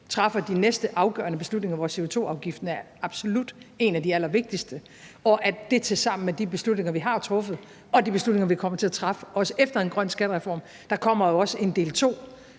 træffer de næste afgørende beslutninger, hvor CO2-afgiften absolut er en af de allervigtigste, og at det tilsammen med de beslutninger, vi har truffet, og de beslutninger, vi kommer til at træffe også efter en grøn skattereform – der kommer jo også en del II,